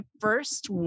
first